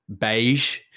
beige